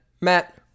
Matt